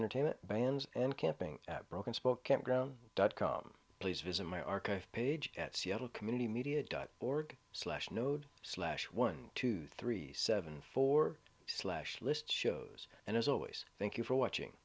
entertainment vans and camping at broken spoke campground dot com please visit my archive page at seattle community media dot org slash node slash one two three seven four slash list shows and as always thank you for watching